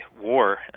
war